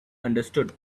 understood